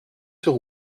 sur